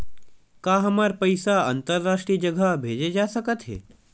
का हमर पईसा अंतरराष्ट्रीय जगह भेजा सकत हे?